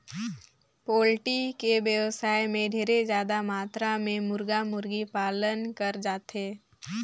poultry के बेवसाय में ढेरे जादा मातरा में मुरगा, मुरगी पालन करल जाथे